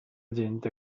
gente